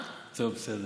טוב, בסדר.